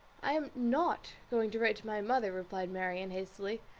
i am not going to write to my mother, replied marianne, hastily,